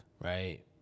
right